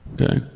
Okay